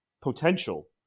potential